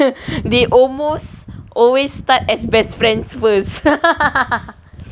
they almost always start as best friends first